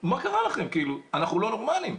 מה קרה לכם, אנחנו לא נורמליים.